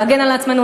להגן על עצמנו,